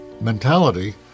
mentality